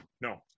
No